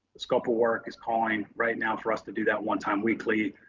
the scope of work is calling right now for us to do that one time weekly,